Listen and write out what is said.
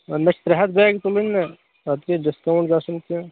مےٚ چھِ ترٛےٚ ہتھ بیگ تُلٕنۍ ما تتھ گَژھِ ڈِسکاوُنٛٹ گَژھُن کیٚنٛہہ